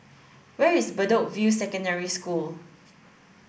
where is Bedok View Secondary School